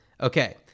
okay